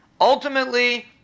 Ultimately